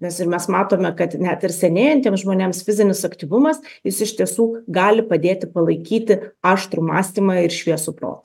nes ir mes matome kad net ir senėjantiems žmonėms fizinis aktyvumas jis iš tiesų gali padėti palaikyti aštrų mąstymą ir šviesų protą